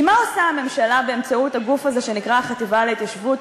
כי מה עושה הממשלה באמצעות הגוף הזה שנקרא החטיבה להתיישבות,